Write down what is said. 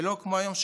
ולא כמו היום,